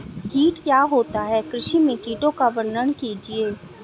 कीट क्या होता है कृषि में कीटों का वर्णन कीजिए?